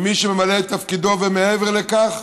למי שממלא את תפקידו ומעבר לכך,